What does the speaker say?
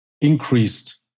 increased